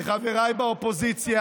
חבריי באופוזיציה,